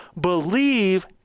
Believe